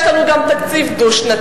יש לנו גם תקציב דו-שנתי,